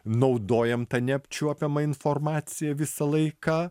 naudojam tą neapčiuopiamą informaciją visą laiką